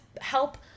help